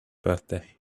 birthday